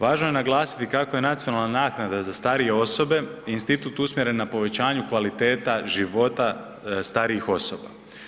Važno je naglasiti kako je nacionalna naknada za starije osobe institut usmjeren na povećanju kvaliteta života starijih osoba.